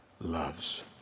loves